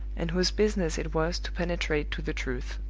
and whose business it was to penetrate to the truth.